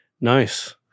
Nice